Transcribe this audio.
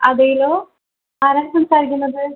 അതേല്ലോ ആരാണ് സംസാരിക്കുന്നത്